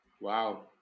Wow